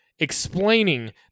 Explaining